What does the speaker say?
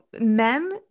men